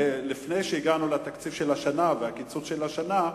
ולפני שהגענו לתקציב של השנה והקיצוץ של השנה,